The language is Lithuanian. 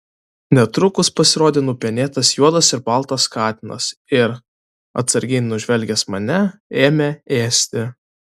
netrukus pasirodė nupenėtas juodas ir baltas katinas ir atsargiai nužvelgęs mane ėmė ėsti